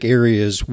areas